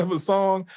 um a song,